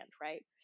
right